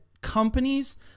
Companies